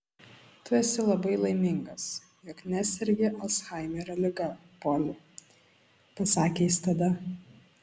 tu esi labai laimingas jog nesergi alzhaimerio liga poli pasakė jis tada